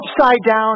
upside-down